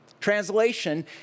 Translation